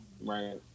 Right